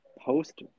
post-